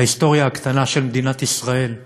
להיסטוריה הקטנה של מדינת ישראל,